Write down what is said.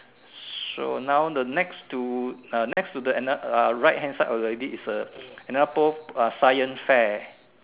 so now the next to uh next to the another uh right hand side of the lady is a another pole uh science fair